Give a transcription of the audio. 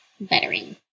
bettering